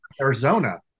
Arizona